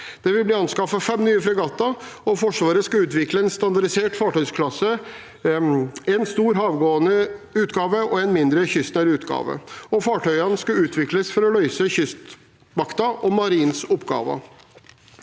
Det vil bli anskaffet fem nye fregatter, og Forsvaret skal utvikle en standardisert fartøysklasse, en stor havgående utgave og en mindre, kystnær utgave. Fartøyene skal utvikles for å løse Kystvaktens og Marinens oppgaver.